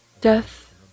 death